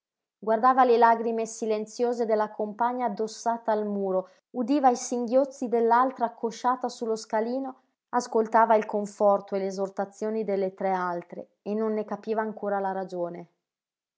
guardava le lagrime silenziose della compagna addossata al muro udiva i singhiozzi dell'altra accosciata sullo scalino ascoltava il conforto e le esortazioni delle tre altre e non ne capiva ancora la ragione